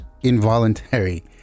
involuntary